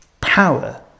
power